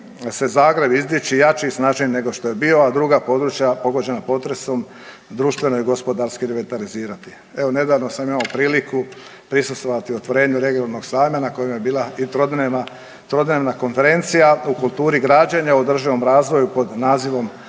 Zagreb izdići jači, snažniji nego što je bio, a druga područja pogođena potresom društveno i gospodarski revitalizirati. Evo nedavno sam imao priliku prisustvovati otvorenju regionalnog sajma na kojem je bila i trodnevna konferencija o kulturi građenja, održivom razvoju pod nazivom